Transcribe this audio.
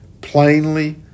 plainly